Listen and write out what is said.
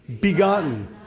begotten